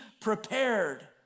prepared